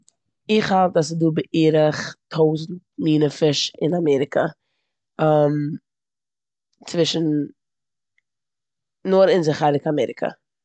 איך האלט אז ס'דא בערך טויזנט מינע פיש אין אמעריקע צווישן נאר אונזער חלק אמעריקע.